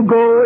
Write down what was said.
go